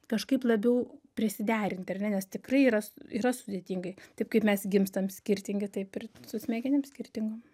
kažkaip labiau prisiderint ar ne nes tikrai yra yra sudėtingai taip kaip mes gimstam skirtingi taip ir su smegenim skirtingom